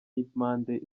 y’impande